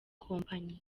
kompanyi